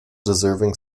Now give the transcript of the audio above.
deserving